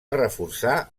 reforçar